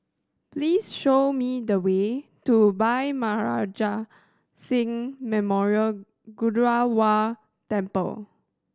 please show me the way to Bhai Maharaj Singh Memorial Gurdwara Temple